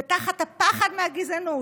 ותחת הפחד מהגזענות,